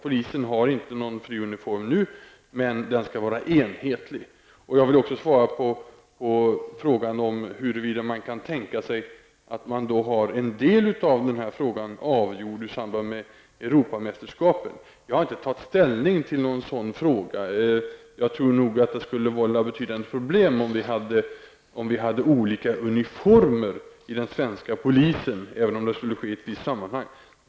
Polisen har inte fri uniform nu, men den skall vara enhetlig. Jag vill också svara på frågan om huruvida man kan tänka sig att man har en del av frågan avgjord i samband med Europamästerskapet. Jag har inte tagit ställning till en sådan fråga. Det skulle nog vålla betydande problem om vi hade olika uniformer på den svenska polisen, även om det var i ett speciellt sammanhang.